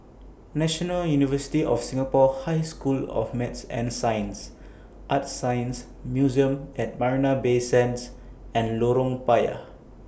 National University of Singapore High School of Math and Science ArtScience Museum At Marina Bay Sands and Lorong Payah